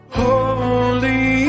holy